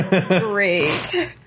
Great